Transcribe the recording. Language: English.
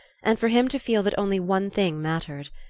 and for him to feel that only one thing mattered.